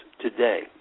today